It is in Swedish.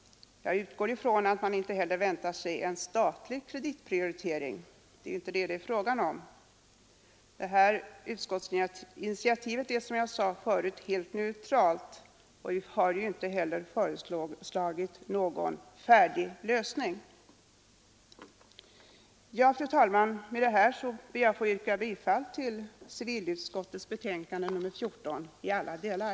Jag utgår från att man inte väntar sig en statlig kreditprioritering — det är ju inte det frågan gäller. Initiativet är, som jag sade förut, helt neutralt, och vi har ju inte heller föreslagit någon färdig lösning. Fru talman! Med dessa ord ber jag att få yrka bifall till civilutskottets betänkande nr 14 i alla delar.